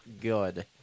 good